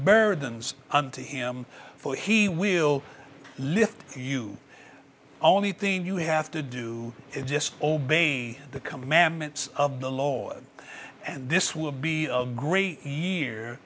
burdens unto him for he will lift you only thing you have to do is just obeying the commandments of the lord and this will be a great year